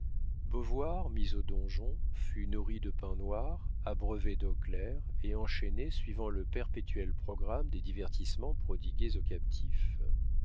beauvoir mis au donjon fut nourri de pain noir abreuvé d'eau claire et enchaîné suivant le perpétuel programme des divertissements prodigués aux captifs